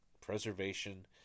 preservation